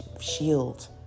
shield